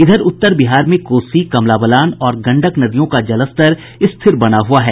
इधर उत्तर बिहार में कोसी कमला बलान और गंडक नदियों का जलस्तर स्थिर बना हुआ है